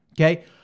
Okay